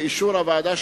באישור הוועדה,